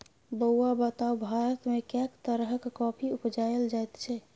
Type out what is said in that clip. बौआ बताउ भारतमे कैक तरहक कॉफी उपजाएल जाइत छै?